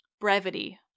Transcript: Brevity